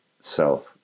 self